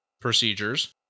procedures